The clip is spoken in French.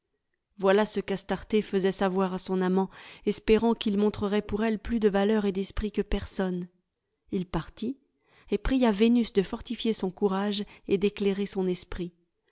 voilà ce qu'astarté fesait savoir à son amant espérant qu'il montrerait pour elle plus de valeur et d'esprit que personne il partit et pria vénus de fortifier son courage et d'éclairer son esprit